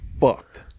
fucked